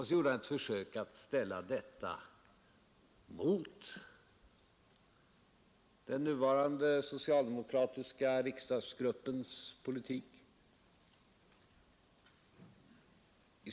Så gjorde han ett försök att ställa detta uttalande mot den nuvarande socialdemokratiska riksdagsgruppens politik.